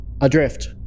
adrift